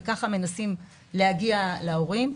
וככה מנסים להגיע להורים.